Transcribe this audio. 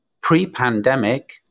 pre-pandemic